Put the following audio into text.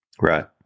right